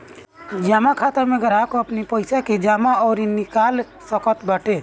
जमा खाता में ग्राहक अपनी पईसा के जमा अउरी निकाल सकत बाटे